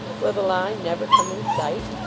will the line never come in sight?